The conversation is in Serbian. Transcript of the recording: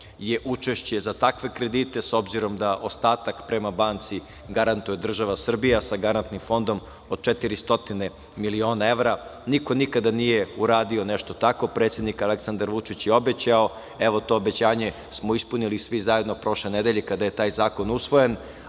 je učešće za takve kredite, s obzirom da ostatak prema banci garantuje država Srbija sa garantnim fondom od 400 miliona evra. Niko nikada nije uradio nešto tako. Predsednik Aleksandar Vučić je obećao, evo to obećanje smo ispunili svi zajedno prošle nedelje kada je taj zakon usvojen,